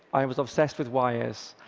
i was obsessed with wires,